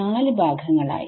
നാല് ഭാഗങ്ങളായി